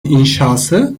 inşası